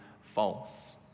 false